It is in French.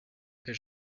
est